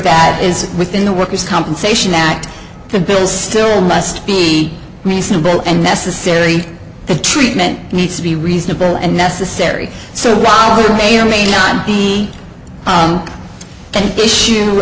that is within the worker's compensation act the bills still must be reasonable and necessary the treatment needs to be reasonable and necessary so by may or may not be an issue